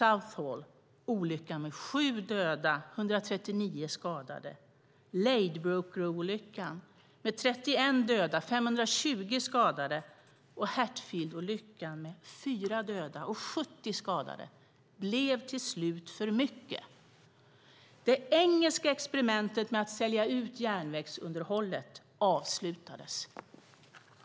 Olyckan i Southall med 7 döda och 139 skadade, Ladbroke Grove-olyckan med 31 döda och 520 skadade och Hatfield-olyckan med 4 döda och 70 skadade blev till slut för mycket. Det engelska experimentet med att sälja ut järnvägsunderhållet avslutades.